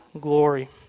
glory